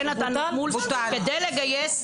כן נתנו כדי לגייס.